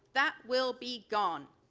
that will be gone.